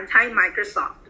anti-Microsoft